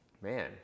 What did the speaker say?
Man